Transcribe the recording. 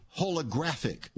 holographic